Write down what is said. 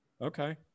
okay